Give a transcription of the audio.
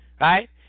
right